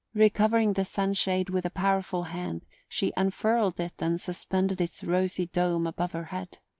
recovering the sunshade with a powerful hand she unfurled it and suspended its rosy dome above her head.